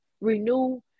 renew